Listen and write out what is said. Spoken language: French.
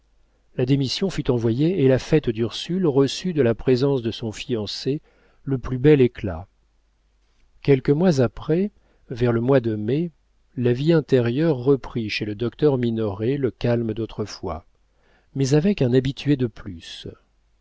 la démission fut envoyée et la fête d'ursule reçut de la présence de son fiancé le plus bel éclat quelques mois après vers le mois de mai la vie intérieure reprit chez le docteur minoret le calme d'autrefois mais avec un habitué de plus